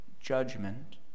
judgment